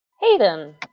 Hayden